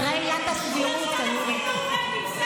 אחרי עילת הסבירות, 3,000 נורבגים.